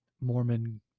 Mormon